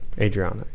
Adriana